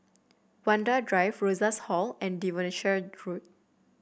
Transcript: Vanda Drive Rosas Hall and Devonshire Road